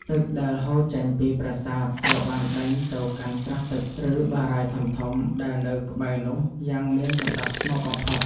ទឹកដែលហូរចេញពីប្រាសាទត្រូវបានដេញទៅកាន់ស្រះទឹក ឬ បារាយណ៍ធំៗដែលនៅក្បែរនោះយ៉ាងមានសណ្តាប់ធ្នាប់បំផុត។